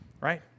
right